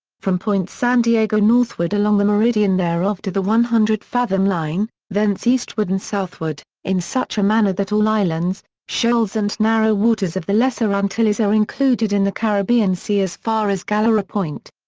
from point san diego northward along the meridian thereof to the one hundred fathom line, thence eastward and southward, in such a manner that all islands, shoals and narrow waters of the lesser antilles are included in the caribbean sea as far as galera point.